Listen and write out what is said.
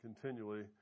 continually